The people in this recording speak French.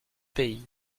pays